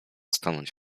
stanąć